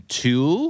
two